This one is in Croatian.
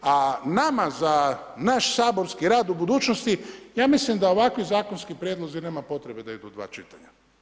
A nama za naš saborski rad u budućnosti ja mislim da ovakvi zakonski prijedlozi nema potrebe da idu u dva čitanja.